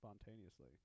spontaneously